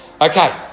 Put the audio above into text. Okay